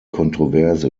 kontroverse